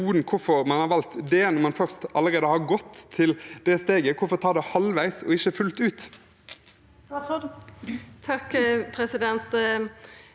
Hvorfor har man valgt den når man allerede har gått til det steget? Hvorfor ta det halvveis og ikke fullt ut? Statsråd